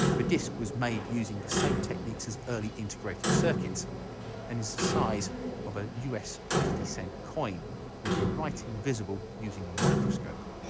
the disc was made using the same techniques as early integrated circuits and is the size of a u s. fifty cent coin with the writing visible using a microscope.